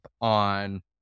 on